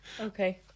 Okay